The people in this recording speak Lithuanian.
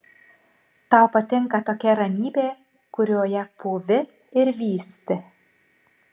tau patinka tokia ramybė kurioje pūvi ir vysti